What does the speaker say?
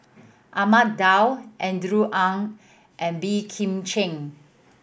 Ahmad Daud Andrew Ang and Boey Kim Cheng